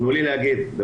רגע, תנו לי להגיב בבקשה: